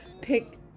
Pick